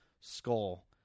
skull